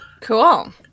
Cool